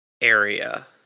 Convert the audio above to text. area